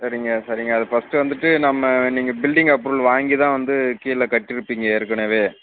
சரிங்க சரிங்க அது பஸ்ட்டு வந்துவிட்டு நம்ம நீங்கள் பில்டிங் அப்ரூவல் வாங்கி தான் வந்து கீழே கட்டியிருப்பீங்க ஏற்கனவே